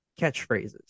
catchphrases